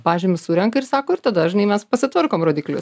pažymius surenka ir sako ir tada žinai mes pasitvarkom rodiklius